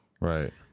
Right